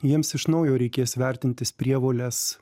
jiems iš naujo reikės vertintis prievoles